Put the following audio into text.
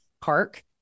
park